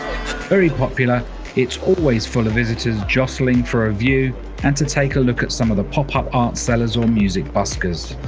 very popular it's always full of visitors jostling for a view and to take a look at some of the pop-up art cellars or music buskers.